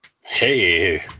Hey